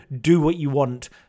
do-what-you-want